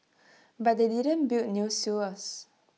but they didn't build new sewers